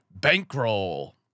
bankroll